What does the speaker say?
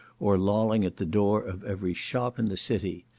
or lolling at the door of every shop in the city.